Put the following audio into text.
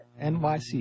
NYC